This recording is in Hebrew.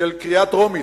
של קריאה טרומית,